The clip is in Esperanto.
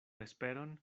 esperon